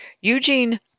Eugene